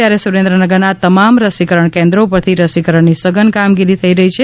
ત્યારે સુરેન઼ાનગરના તમામ રસીકરણ કેન્રોણ ઉપરથી રસીકરણની સઘન કામગીરી થઇ રહી છે